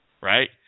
right